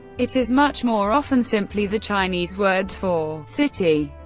it is much more often simply the chinese word for city.